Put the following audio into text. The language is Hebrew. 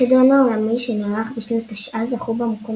בחידון העולמי שנערך בשנת תשע"ז זכו במקום